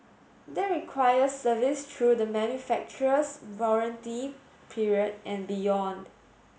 that requires service through the manufacturer's warranty period and beyond